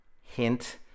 Hint